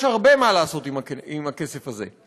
יש הרבה מה לעשות עם הכסף הזה.